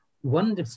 One